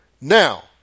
Now